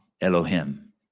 Elohim